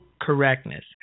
correctness